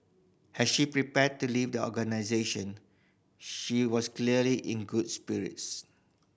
as she prepared to leave the organisation she was clearly in good spirits